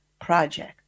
project